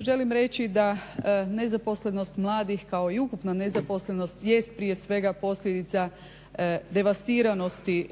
želim reći da nezaposlenost mladih kao i ukupna nezaposlenost jest prije svega posljedica devastiranosti